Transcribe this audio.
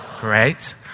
Great